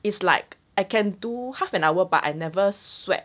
is like I can do half an hour but I never sweat